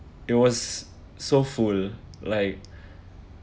it was so full like